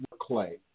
clay